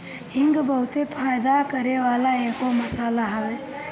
हिंग बहुते फायदा करेवाला एगो मसाला हवे